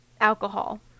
alcohol